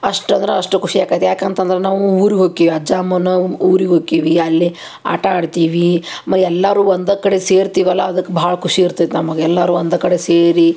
ಅಷ್ಟು ಅಂದ್ರೆ ಅಷ್ಟು ಖುಷಿ ಆಕತಿ ಯಾಕೆ ಅಂತಂದ್ರೆ ನಾವು ಊರಿಗೆ ಹೋಕಿವಿ ಅಜ್ಜ ಅಮ್ಮನ ಊರಿಗೆ ಹೋಕಿವಿ ಅಲ್ಲಿ ಆಟ ಆಡ್ತೀವಿ ಮ ಎಲ್ಲರು ಒಂದೇ ಕಡೆ ಸೇರ್ತೀವಲ್ಲ ಅದಕ್ಕೆ ಭಾಳ ಖುಷಿ ಇರ್ತೈತೆ ನಮ್ಗೆ ಎಲ್ಲರು ಒಂದೇ ಕಡೆ ಸೇರಿ